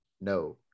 No